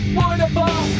wonderful